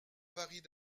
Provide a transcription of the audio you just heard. varient